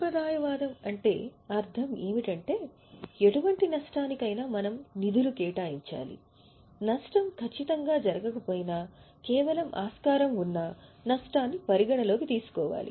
సంప్రదాయవాదం అంటే అర్థం ఏమిటంటే ఎటువంటి నష్టాన్ని కైనా మనం నిధులు కేటాయించాలి నష్టం ఖచ్చితంగా జరగకపోయినా కేవలం ఆస్కారం ఉన్నా నష్టాన్ని పరిగణలోకి తీసుకోవాలి